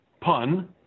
pun